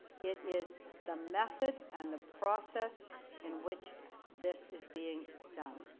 it is the method and the process in which this is being done.